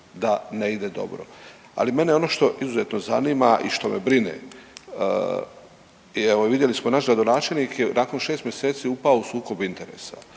da ne ide dobro. Ali mene ono što izuzetno zanima i što me brine i evo vidjeli smo naš gradonačelnik je nakon 6 mjeseci upao u sukob interesa